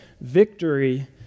victory